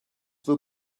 will